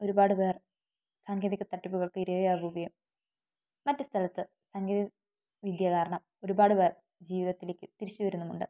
ഒരുപാട് പേർ സാങ്കേതിക തട്ടിപ്പുകൾക്ക് ഇരയാവുകയും മറ്റ് സ്ഥലത്ത് സാങ്കേതിക വിദ്യ കാരണം ഒരുപാട് പേർ ജീവിതത്തിലേക്ക് തിരിച്ചു വരുന്നുമുണ്ട്